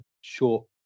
short